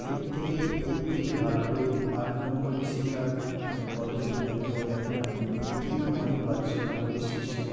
এর থেকে এর থেকে ভালো করে আর কোনোভাবে শেখার মানে পদ্ধতি হয়তো এখন আর নেই এতেই অনেক বাচ্চা ভালোভাবে শিখছে